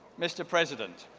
mr. president,